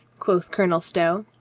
quoth colonel stow.